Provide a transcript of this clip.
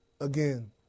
again